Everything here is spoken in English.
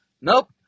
Nope